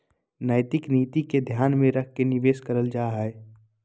नैतिक नीति के ध्यान में रख के निवेश करल जा हइ